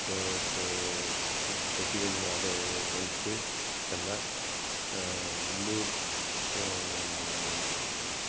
ஓ போ ஃபுட் பெட்டிகளில் அடை வைத்து செல்ல உள்ளூர் ச